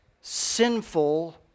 sinful